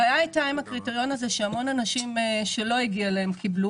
הבעיה הייתה עם הקריטריון זה שהמון אנשים שלא הגיע להם קיבלו